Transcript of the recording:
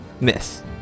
Miss